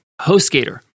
HostGator